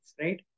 right